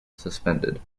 suspended